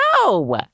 No